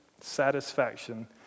satisfaction